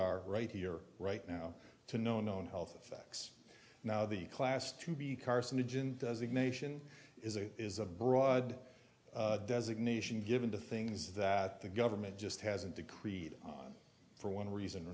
are right here right now to no known health effects now the class to be carcinogen does it nation is a is a broad designation given to things that the government just hasn't decreed on for one reason or